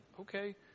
Okay